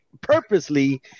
purposely